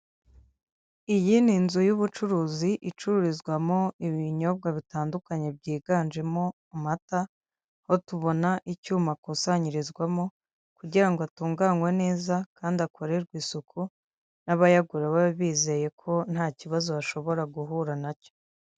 Iyi ni inzu y'ubucuruzi icururizwamo ibinyobwa bitandukanye byiganjemo amata, aho tubona icyuma akusanyirizwamo kugira ngo atunganywe neza kandi akorerwe isuku n'abayagura babe bizeye ko nta kibazo bashobora guhura nacyo.